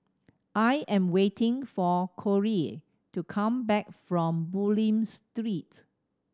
I am waiting for Corrie to come back from Bulim Street